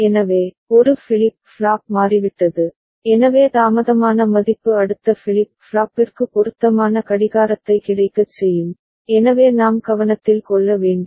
எனவே ஒரு flip flop மாறிவிட்டது எனவே தாமதமான மதிப்பு அடுத்த ஃபிளிப் ஃப்ளாப்பிற்கு பொருத்தமான கடிகாரத்தை கிடைக்கச் செய்யும் எனவே நாம் கவனத்தில் கொள்ள வேண்டும்